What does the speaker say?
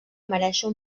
merèixer